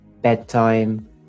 bedtime